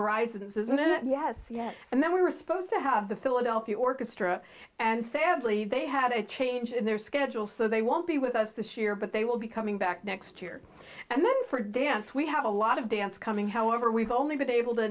horizons isn't it yes yes and then we were supposed to have the philadelphia orchestra and sadly they had a change in their schedule so they won't be with us this year but they will be coming back next year and then for dance we have a lot of dance coming however we've only been able to